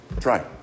Try